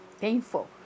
painful